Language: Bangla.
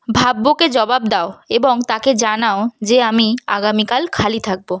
ভাব্যকে জবাব দাও এবং তাকে জানাও যে আমি আগামীকাল খালি থাকব